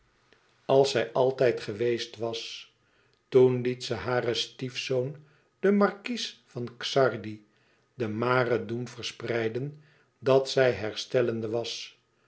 als zij altijd geweest was toen liet ze haren stiefzoon den markies van xardi de mare doen verspreiden dat zij herstellende was